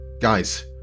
Guys